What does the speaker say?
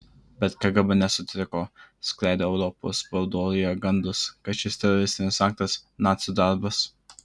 bet kgb nesutriko skleidė europos spaudoje gandus kad šis teroristinis aktas nacių darbas